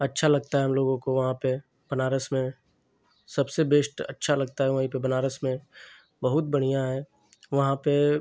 अच्छा लगता है हम लोगों को वहाँ पर बनारस में सबसे बेश्ट अच्छा लगता है वहीं पर बनारस में बहुत बढ़िया है वहाँ पर